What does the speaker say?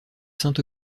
saint